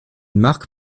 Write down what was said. marque